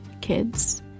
kids